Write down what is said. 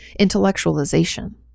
Intellectualization